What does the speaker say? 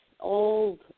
old